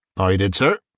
i did, sir.